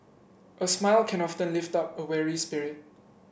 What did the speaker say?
a smile can often lift up a weary spirit